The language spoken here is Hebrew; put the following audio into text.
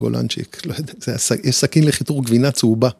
גולנצ'יק, יש סכין לחיתוך גבינה צהובה.